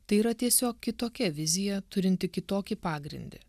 tai yra tiesiog kitokia vizija turinti kitokį pagrindį